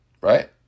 Right